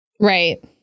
Right